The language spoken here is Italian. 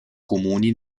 comuni